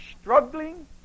struggling